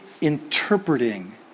interpreting